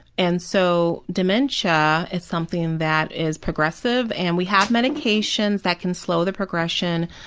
and so, dementia is something that is progressive and we have medications that can slow the progression.